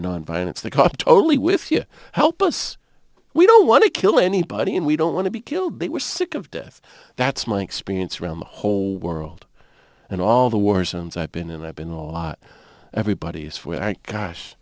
cop totally with you help us we don't want to kill anybody and we don't want to be killed they were sick of death that's my experience around the whole world and all the war zones i've been in i've been a lot everybody is for